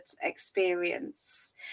experience